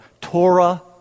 Torah